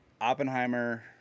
Oppenheimer